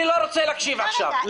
אני לא רוצה להקשיב עכשיו.